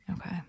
Okay